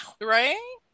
Right